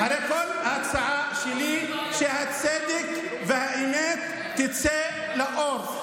הרי כל ההצעה שלי היא שהצדק והאמת יצאו לאור.